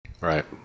Right